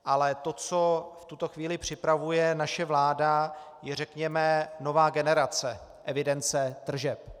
Ale to, co v tuto chvíli připravuje naše vláda, je, řekněme, nová generace evidence tržeb.